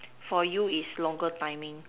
for you is longer timing